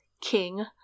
king